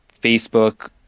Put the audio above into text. Facebook